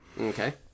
Okay